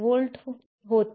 8 होते